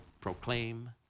proclaim